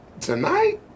Tonight